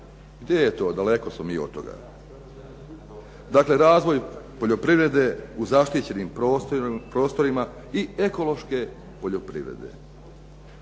Gdje je to? Daleko smo mi od toga. Dakle razvoj poljoprivrede u zaštićenim prostorima i ekološke poljoprivrede.